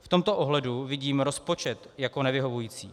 V tomto ohledu vidím rozpočet jako nevyhovující.